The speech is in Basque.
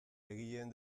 egileen